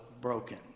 broken